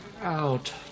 Out